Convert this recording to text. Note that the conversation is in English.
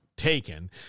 taken